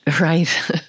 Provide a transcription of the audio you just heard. Right